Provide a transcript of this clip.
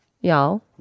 y'all